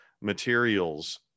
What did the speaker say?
materials